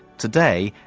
today,